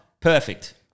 Perfect